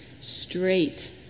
Straight